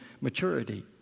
maturity